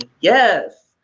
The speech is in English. Yes